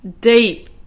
deep